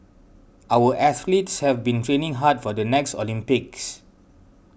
our athletes have been training hard for the next Olympics